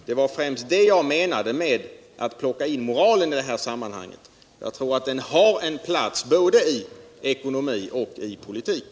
Det var främst det jag menade med att plocka in moralen i det sammanhanget. Jag tror att den har en plats både i ckonomi och i politik.